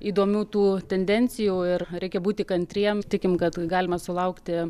įdomių tų tendencijų ir reikia būti kantriem tikim kad galima sulaukti